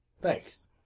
Thanks